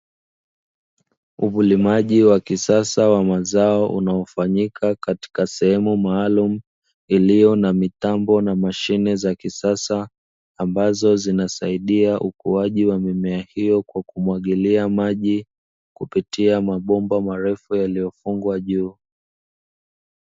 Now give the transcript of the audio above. Ulimaji wa kisasa wa mazao unaofanyika katika sehemu maalumu iliyo na mitambo na mashine za kisasa, ambazo zinasaidia ukuaji wa mimea hiyo kwa kumwagilia maji kupitia mabomba marefu yaliyofungwa juu.